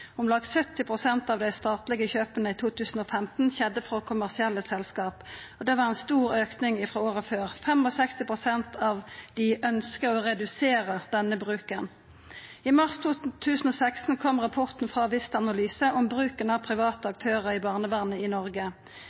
Om lag 70 pst. av dei statlege kjøpa i 2015 skjedde frå kommersielle selskap, og det var ein stor auke frå året før. 65 pst. av dei ønskjer å redusera denne bruken. I mars 2016 kom rapporten frå Vista Analyse om bruken av private aktørar i barnevernet i Noreg.